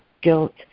guilt